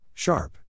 Sharp